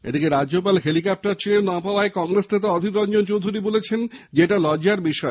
এদিকে রাজ্যপাল হেলিকপ্টার চেয়েও না পাওয়ায় কংগ্রেস নেতা অধীর রঞ্জন চৌধুরী বলেছেন এটা লজ্জার বিষয়